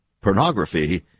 pornography